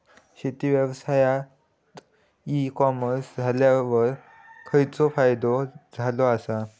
शेती व्यवसायात e commerce इल्यावर खयचो फायदो झालो आसा?